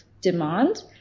demand